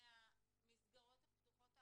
מהמסגרות הפתוחות האחרות?